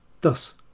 Thus